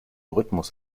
rhythmus